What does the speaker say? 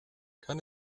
kann